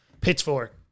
pitchfork